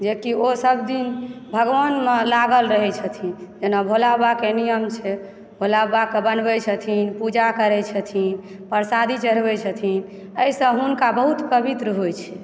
जेकि ओसभ दिन भगवानमे लागल रहय छथिन जेना भोलाबबाके नियम छै भोलाबबाकऽ बनबय छथिन पूजा करय छथिन प्रसादी चढ़बय छथिन एहिसँ हुनका बहुत पवित्र होयत छै